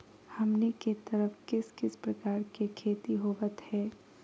हमनी के तरफ किस किस प्रकार के खेती होवत है?